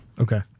Okay